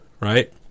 right